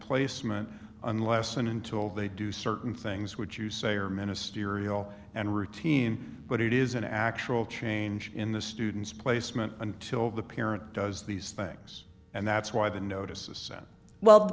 placement unless and until they do certain things which you say are ministerial and routine but it is an actual change in the student's placement until the parent does these things and that's why the notices sent well